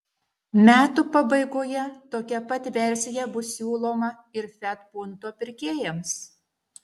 metų pabaigoje tokia pat versija bus siūloma ir fiat punto pirkėjams